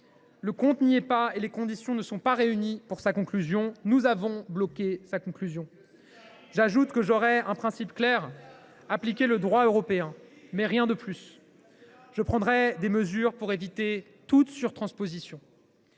le compte n’y est pas et les conditions ne sont pas réunies pour sa conclusion, que nous avons bloquée. C’est le Sénat ! Et le Ceta ? J’ajoute que j’aurai un principe clair : appliquer le droit européen, mais rien de plus. Je prendrai des mesures pour éviter toute surtransposition.